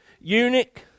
eunuch